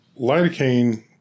Lidocaine